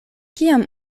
kiam